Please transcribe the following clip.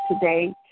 today